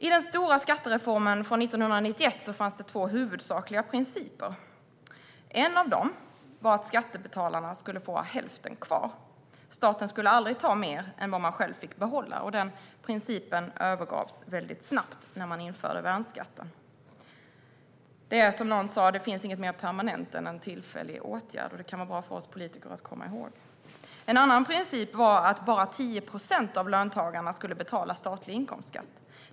I den stora skattereformen från 1991 fanns det två huvudsakliga principer. En av principerna var att skattebetalarna skulle ha hälften kvar. Staten skulle aldrig ta mer än man själv fick behålla. Den principen övergavs snabbt när man införde värnskatten - som någon sa: Det finns inget mer permanent än en tillfällig åtgärd. Det kan vara bra för oss politiker att komma ihåg detta. En annan princip var att bara 10 procent av löntagarna skulle betala statlig inkomstskatt.